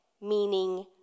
meaning